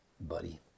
buddy